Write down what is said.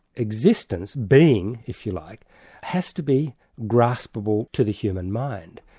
existence being, if you like has to be graspable to the human mind.